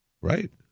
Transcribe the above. right